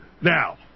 Now